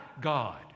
God